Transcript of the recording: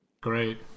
Great